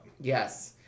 Yes